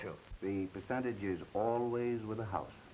to the percentages always with the house